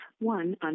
one